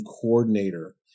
coordinator